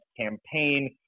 campaign